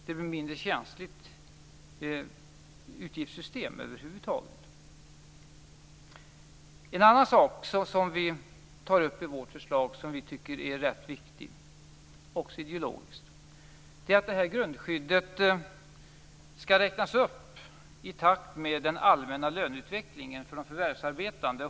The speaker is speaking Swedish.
Det blir ett mindre känsligt utgiftssystem. En annan ideologiskt viktig sak gäller att grundskyddet skall räknas upp i takt med den allmänna löneutvecklingen för de förvärvsarbetande.